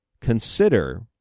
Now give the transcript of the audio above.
consider